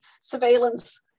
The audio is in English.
surveillance